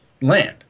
land